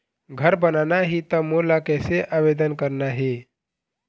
घर बनाना ही त मोला कैसे आवेदन करना हे?